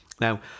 Now